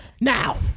now